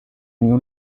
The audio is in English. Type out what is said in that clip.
new